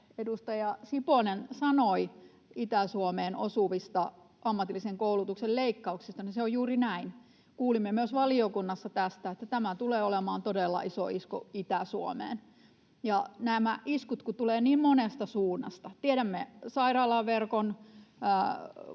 edustaja Siponen sanoi Itä-Suomeen osuvista ammatillisen koulutuksen leikkauksista, se on juuri näin. Kuulimme myös valiokunnassa tästä, että tämä tulee olemaan todella iso isku Itä-Suomeen. Nämä iskut tulevat niin monesta suunnasta. Tiedämme sairaalaverkon